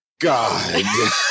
God